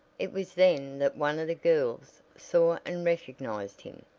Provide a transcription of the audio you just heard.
it was then that one of the girls saw and recognized him,